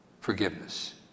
forgiveness